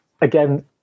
again